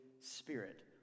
Spirit